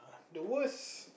the worst